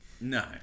No